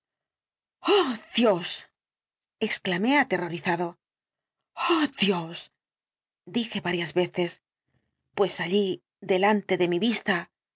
dios exclamé aterrorizado oh dios dije varias veces pues allí delante de mi vista